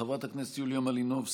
חברת הכנסת יוליה מלינובסקי,